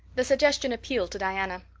the suggestion appealed to diana.